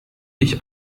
ich